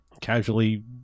casually